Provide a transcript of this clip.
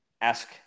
ask